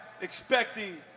expecting